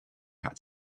had